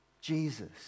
Jesus